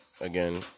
Again